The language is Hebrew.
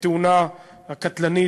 בתאונה הקטלנית,